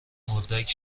اردک